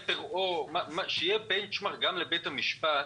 שיהיה בנצ'מרק גם לבית המשפט,